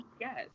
Yes